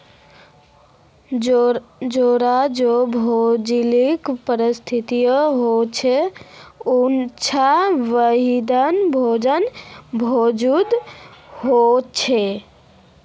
जेछां जे भौगोलिक परिस्तिथि होछे उछां वहिमन भोजन मौजूद होचे